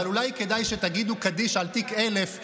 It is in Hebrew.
אבל אולי כדאי שתגידו קדיש על תיק 1000,